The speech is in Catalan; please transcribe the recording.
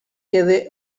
quede